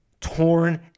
Torn